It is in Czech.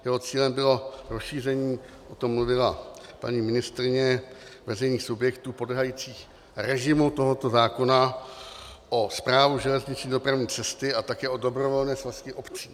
Jeho cílem bylo rozšíření, o tom mluvila paní ministryně, veřejných subjektů podléhajících režimu tohoto zákona o Správu železniční dopravní cesty a také o dobrovolné svazky obcí.